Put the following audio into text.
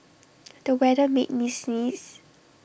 the weather made me sneeze